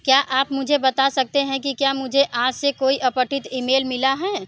क्या आप मुझे बता सकते हैं कि क्या मुझे आज से कोई अपठित ईमेल मिला है